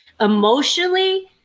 emotionally